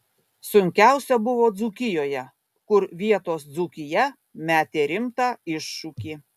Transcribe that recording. sunkiausia buvo dzūkijoje kur vietos dzūkija metė rimtą iššūkį